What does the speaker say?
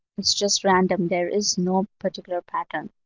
it's just random. there is no particular pattern.